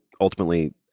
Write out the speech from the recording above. ultimately